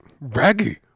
Raggy